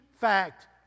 fact